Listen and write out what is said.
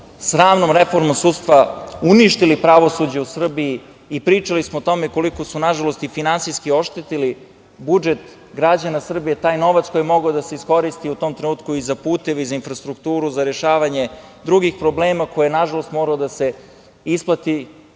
sramnom reformom sudstva uništili pravosuđe u Srbiji i pričali smo o tome koliko su nažalost i finansijski oštetili budžet građana Srbije, taj novac koji je mogao da se iskoristi u tom trenutku i za puteve i za infrastrukturu i za rešavanje drugih problema a koji je nažalost morao da se isplati